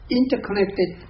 interconnected